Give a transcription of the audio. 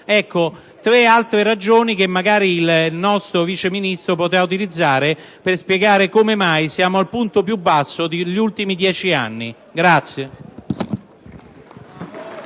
Ecco tre altre ragioni che magari il nostro Vice Ministro potrà utilizzare per spiegare come mai siamo al punto più basso degli ultimi dieci anni.